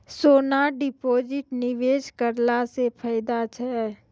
सोना deposit निवेश करला से फैदा छै?